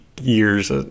years